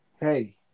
hey